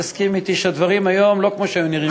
תסכימי אתי שהדברים היום לא כמו שהיו נראים אז,